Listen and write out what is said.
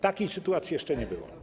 Takiej sytuacji jeszcze nie było.